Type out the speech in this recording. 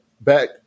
back